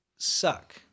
suck